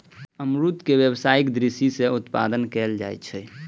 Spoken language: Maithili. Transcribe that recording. अमरूद के व्यावसायिक दृषि सं उत्पादन कैल जाइ छै